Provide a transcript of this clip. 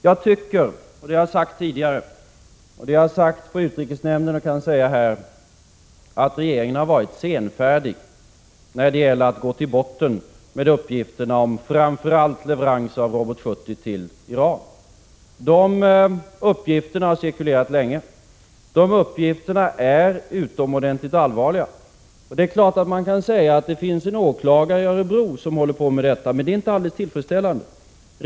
Jag tycker — vilket jag har sagt tidigare, även i utrikesnämnden, och jag kan även säga det här — att regeringen har varit senfärdig när det gäller att gå till botten med uppgifterna om framför allt leveranser av Robot 70 till Iran. Dessa uppgifter har cirkulerat länge, och de är utomordentligt allvarliga. Det är klart att man kan säga att det finns en åklagare i Örebro som håller på med detta. Men det är inte alldeles tillfredsställande.